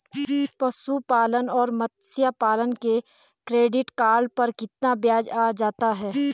पशुपालन और मत्स्य पालन के क्रेडिट कार्ड पर कितना ब्याज आ जाता है?